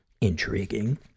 intriguing